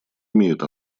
имеют